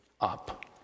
up